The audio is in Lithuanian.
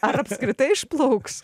ar apskritai išplauks